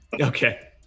Okay